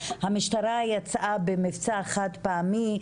המשטרה יצאה במבצע חד-פעמי,